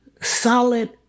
solid